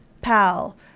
pal